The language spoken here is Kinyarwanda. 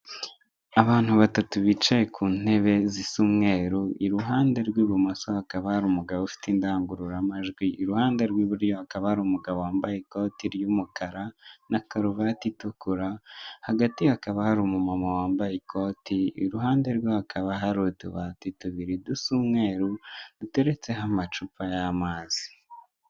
Abantu batatu bicaye ku ntebe zisa umweru, iruhande rw'ibumoso hakaba hari umugabo ufite indangururamajwi, iruhande rw'iburyo hakaba hari umugabo wambaye ikoti ry'umukara na karuvati itukura, hagati hakaba hari umumama wambaye ikoti, iruhande rwe hakaba hari utubati tubiri dusa umweru duteretseho amacupa y'amazi.